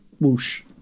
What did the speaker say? Whoosh